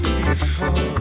beautiful